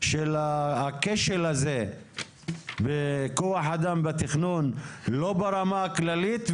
של הכשל הזה בכוח אדם בתכנון לא ברמה הכללית,